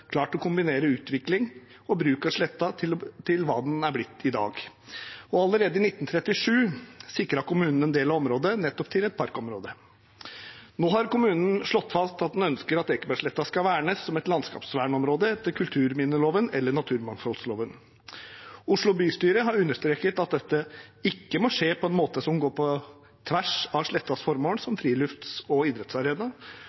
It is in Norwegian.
å kombinere utvikling og bruk av sletta til hva den er blitt i dag. Allerede i 1937 sikret kommunen en del av området nettopp til et parkområde. Nå har kommunen slått fast at den ønsker at Ekebergsletta skal vernes som et landskapsvernområde etter kulturminneloven eller naturmangfoldloven. Oslo bystyre har understreket at dette ikke må skje på en måte som går på tvers av slettas formål